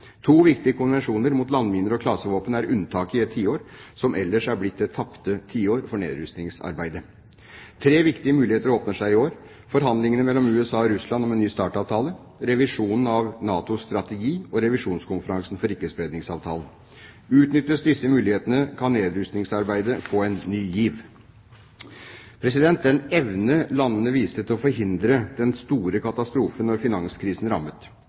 To viktige konvensjoner, mot landminer og klasevåpen, er unntak i et tiår som ellers er blitt det tapte tiår for nedrustningsarbeidet. Tre viktige muligheter åpner seg i år: forhandlingene mellom USA og Russland om en ny START-avtale, revisjonen av NATOs strategi og revisjonskonferansen for ikkespredningsavtalen. Utnyttes disse mulighetene, kan nedrustningsarbeidet få en ny giv. Den evne landene viste til å forhindre den store katastrofen da finanskrisen rammet,